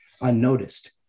unnoticed